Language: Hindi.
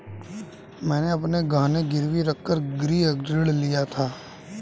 मैंने अपने गहने गिरवी रखकर गृह ऋण लिया था